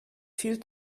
viel